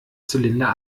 zylinder